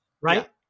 Right